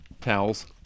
Towels